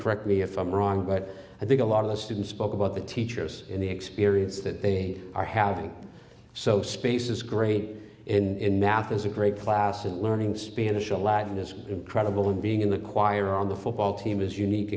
correct me if i'm wrong but i think a lot of the students spoke about the teachers in the experience that they are having so space is great in math is a great class and learning spanish or latin is incredible and being in the choir on the football team is unique